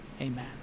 Amen